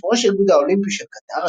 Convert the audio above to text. יו"ר האיגוד האולימפי של קטאר,